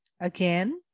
again